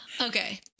Okay